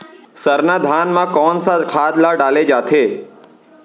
सरना धान म कोन सा खाद ला डाले जाथे?